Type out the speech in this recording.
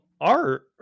art